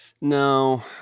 No